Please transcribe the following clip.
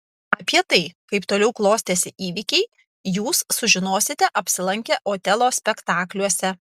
apie tai kaip toliau klostėsi įvykiai jūs sužinosite apsilankę otelo spektakliuose